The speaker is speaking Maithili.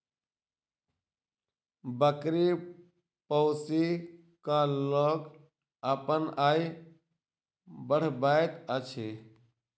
बकरी पोसि क लोक अपन आय बढ़बैत अछि